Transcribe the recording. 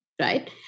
right